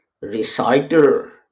reciter